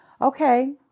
Okay